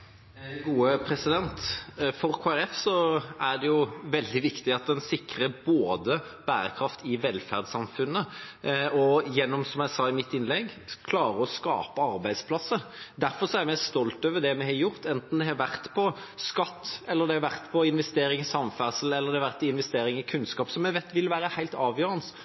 For Kristelig Folkeparti er det veldig viktig at en både sikrer bærekraft i velferdssamfunnet og – som jeg sa i mitt innlegg – klarer å skape arbeidsplasser. Derfor er vi stolt over det vi har gjort, enten det har vært skatt, eller det har vært investering i samferdsel eller i kunnskap, som vi vet vil være helt avgjørende